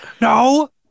no